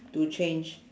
to change